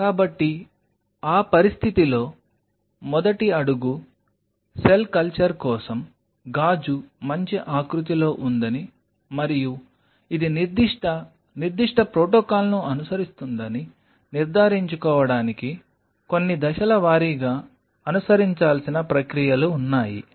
కాబట్టి ఆ పరిస్థితిలో మొదటి అడుగు సెల్ కల్చర్ కోసం గాజు మంచి ఆకృతిలో ఉందని మరియు ఇది నిర్దిష్ట నిర్దిష్ట ప్రోటోకాల్ను అనుసరిస్తుందని నిర్ధారించుకోవడానికి కొన్ని దశల వారీగా అనుసరించాల్సిన ప్రక్రియలు ఉన్నాయి